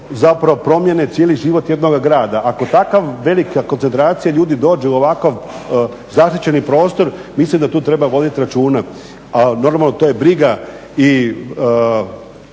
zapravo promijene cijeli život jednoga grada. Ako takva velika koncentracija ljudi dođe u ovakav zaštićeni prostor, mislim da tu treba voditi računa, a normalno to je briga i